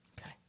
Okay